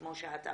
כמו שאת אמרת,